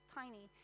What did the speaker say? tiny